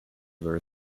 were